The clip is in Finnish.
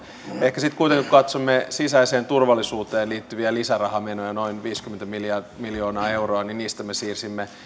ehkä sitten kuitenkin kun katsomme sisäiseen turvallisuuteen liittyviä lisärahamenoja noin viisikymmentä miljoonaa miljoonaa euroa niin niistä me siirsimme